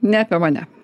ne apie mane